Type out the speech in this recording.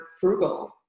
frugal